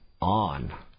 on